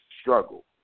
struggle